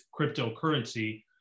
cryptocurrency